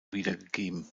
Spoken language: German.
wiedergegeben